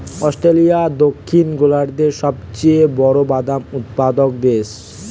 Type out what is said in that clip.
Australia দক্ষিণ গোলার্ধের সবচেয়ে বড় বাদাম উৎপাদক দেশ